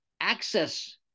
access